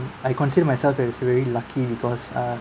I consider myself as very lucky because uh